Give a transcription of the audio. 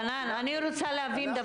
אנחנו --- חנן, אני רוצה להבין.